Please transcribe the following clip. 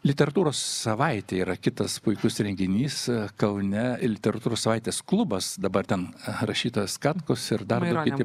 literatūros savaitė yra kitas puikus renginys kaune yra literatūros savaitės klubas dabar ten rašytojas katkus ir dar ir kiti